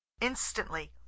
Instantly